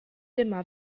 dyma